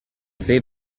they